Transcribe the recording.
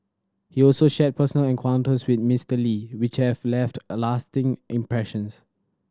he also shared personal encounters with Mister Lee which have left a lasting impressions